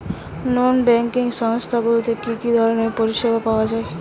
নন banking সংস্থা গুলিতে কি কি ধরনের পরিসেবা পাওয়া য়ায়?